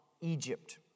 Egypt